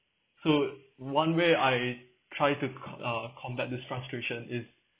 so one way I'd try to co~ uh combat the frustration is